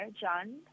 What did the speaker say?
John